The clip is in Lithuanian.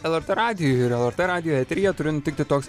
lrt radijuj ir lrt radijo eteryje turi nutikti toks